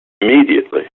immediately